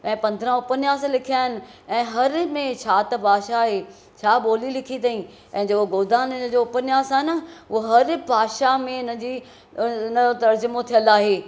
पंदरहां उपन्यास लिखिया आहिनि ऐं हर हिकु में छा त भाषा आहे छा ॿोली लिखी अथईं ऐं जेको गोधान इन्हनि जो उपन्यास आहे न उहो हर भाषा में इन्हनि जी इन जो तर्जुमो थियलु आहे